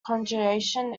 conjugation